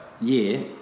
year